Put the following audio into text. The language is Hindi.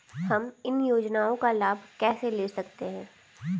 हम इन योजनाओं का लाभ कैसे ले सकते हैं?